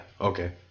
okay